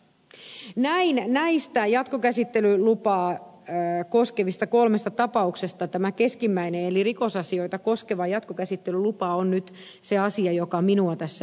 näin näistä jatkokäsittelylupaa koskevista kolmesta tapauksesta tämä keskimmäinen eli rikosasioita koskeva jatkokäsittelylupa on nyt se asia joka minua tässä eniten nyppii